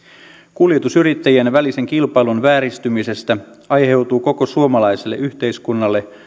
kuljetusyrittäjien välisen kilpailun vääristymisestä aiheutuu koko suomalaiselle yhteiskunnalle